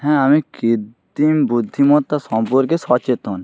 হ্যাঁ আমি কৃত্রিম বুদ্ধিমত্তা সম্পর্কে সচেতন